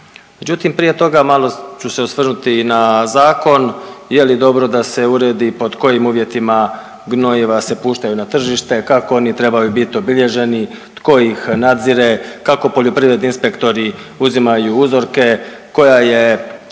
Međutim prije toga malo ću se osvrnuti i na zakon. Je li dobro da se uredi, pod kojim uvjetima gnojiva se puštaju na tržište, kako oni trebaju biti obilježeni, tko ih nadzire, kako poljoprivredni inspektori uzimaju uzorke, koja je,